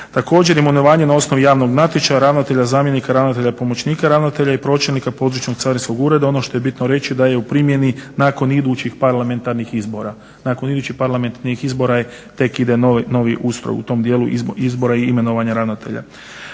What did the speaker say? Također imenovanje na osnovu javnog natječaja ravnatelja, zamjenika ravnatelja i pomoćnika ravnatelja i pročelnika područnog carinskog ureda ono što bitno reći da je u primjeni nakon idućih parlamentarnih izbora tek ide novi ustroj u tom dijelu izbora i imenovanja ravnatelja.